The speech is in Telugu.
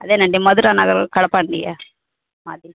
అదేనండి మధురా నగర్ కడపండి మాది